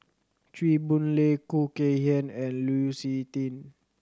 Chew Boon Lay Khoo Kay Hian and Lu Suitin